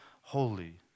holy